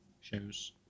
shows